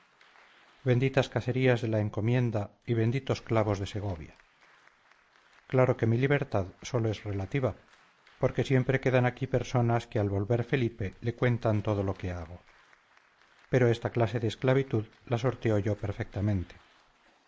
benditas cacerías de la encomienda y benditos clavos de segovia claro que mi libertad sólo es relativa porque siempre quedan aquí personas que al volver felipe le cuentan todo lo que hago pero esta clase de esclavitud la sorteo yo perfectamente